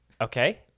okay